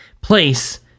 place